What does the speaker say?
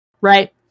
Right